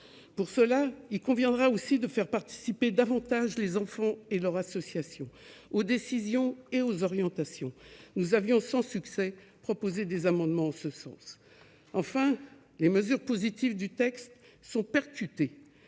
Pour cela, il conviendra aussi de faire participer davantage les enfants et leurs associations aux décisions et orientations. Nous avons sans succès proposé des amendements en ce sens. Enfin, les mesures positives sont percutées